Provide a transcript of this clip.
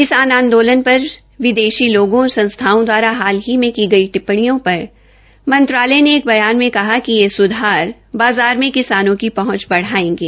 किसान आंद्रासन पर विदेशाी लामों और संसथाओं दवारा हाल ही की गई टिप्पणियों पर मंत्रालय ने एक बयान में कहा है कि ये सुधार बाज़ार में किसानों की पहंच बढ़ायेंगे